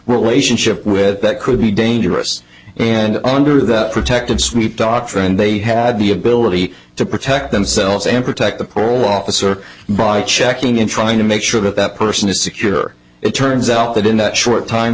relationship with that could be dangerous and under the protective suite doctrine they had the ability to protect themselves and protect the parole officer by checking in trying to make sure that that person is secure it turns out that in that short time